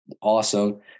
awesome